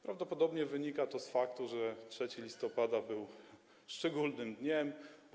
Prawdopodobnie wynika to z faktu, że 3 listopada był szczególnym dniem.